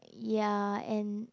ya and